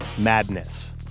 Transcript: Madness